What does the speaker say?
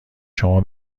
شما